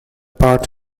part